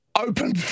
open